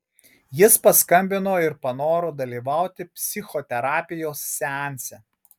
jis paskambino ir panoro dalyvauti psichoterapijos seanse